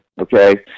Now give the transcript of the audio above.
okay